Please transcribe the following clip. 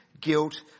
guilt